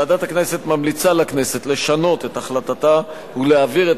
ועדת הכנסת ממליצה לכנסת לשנות את החלטתה ולהעביר את